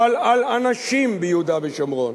אבל על אנשים ביהודה בשומרון.